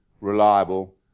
reliable